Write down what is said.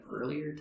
earlier